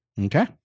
Okay